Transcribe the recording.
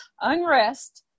unrest